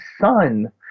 son